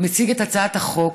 מציג את הצעת החוק.